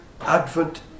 Advent